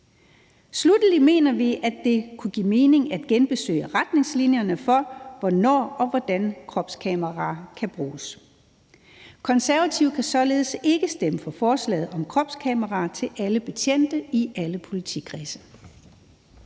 Sluttelig mener vi, at det kunne give mening at genbesøge retningslinjerne for, hvornår og hvordan kropskamera kan bruges. Konservative kan således ikke stemme for forslaget om kropskameraer til alle betjente i alle politikredse.